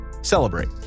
celebrate